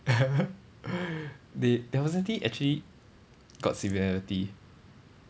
they their personality actually got similarity